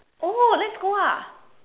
oh let's go ah